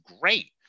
great